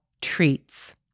treats